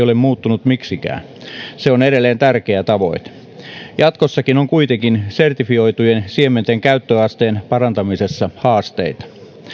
ole muuttunut miksikään se on edelleen tärkeä tavoite jatkossakin on kuitenkin sertifioitujen siementen käyttöasteen parantamisessa haasteita